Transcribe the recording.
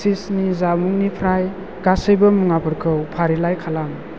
चीजनि जामुंनिफ्राय गासैबो मुवाफोरखौ फारिलाइ खालाम